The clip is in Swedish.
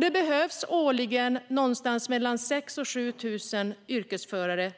Det behövs årligen någonstans mellan 6 000 och 7 000 yrkesförare.